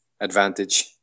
advantage